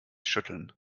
schütteln